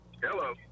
Hello